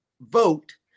vote